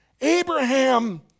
Abraham